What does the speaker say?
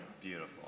Beautiful